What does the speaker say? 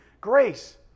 grace